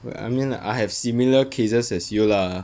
well I mean like I have similar cases as you lah